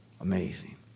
Amazing